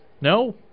No